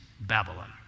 Babylon